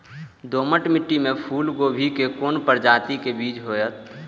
दोमट मिट्टी में फूल गोभी के कोन प्रजाति के बीज होयत?